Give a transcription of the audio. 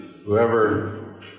Whoever